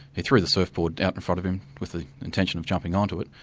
he threw the surfboard out in front of him with the intention of jumping on to it,